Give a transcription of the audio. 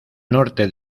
norte